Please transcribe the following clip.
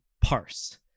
parse